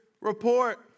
report